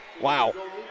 Wow